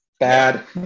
bad